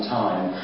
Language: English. time